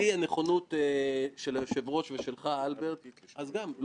לצערי להניח פיזית את הדוח לא הנחנו אצלך אבל שמענו את הפתרון.